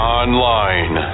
online